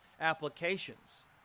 applications